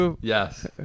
Yes